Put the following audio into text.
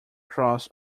cross